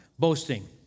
Boasting